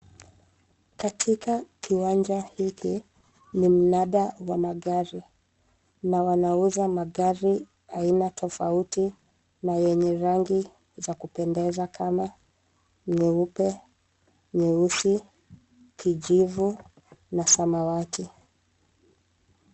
Katika kiwanja hiki, ni mnada wa magari, na wanauza magari aina tofauti na yenye rangi za kupendeza kama nyeupe, nyeusi, kijivu, na samawati.